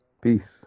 Peace